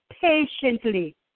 patiently